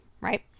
right